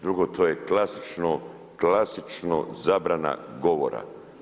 Drugo, to je klasično zabrana govora.